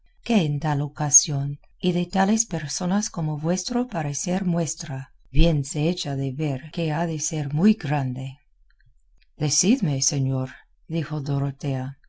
que en tal ocasión y de tales personas como vuestro parecer muestra bien se echa de ver que ha de ser muy grande decidme señor dijo dorotea